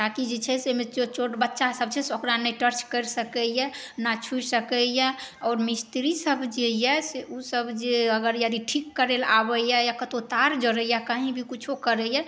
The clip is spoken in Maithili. ताकि जे छै से छोट छोट बच्चा सब छै से ओकरा नहि टच करि सकैए ने छू सकैए आओर मिस्त्री सब जे यऽ से ओसब जे यदि अगर ठीक करै लए आबैए या कतौ तार जरैए कहीँ भी किछौ करैए